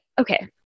Okay